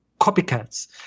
copycats